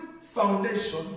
foundation